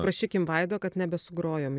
prašykim vaido kad nebesugrojom jau